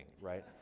right